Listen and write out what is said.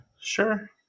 Sure